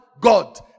God